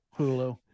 Hulu